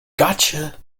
gotcha